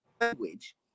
language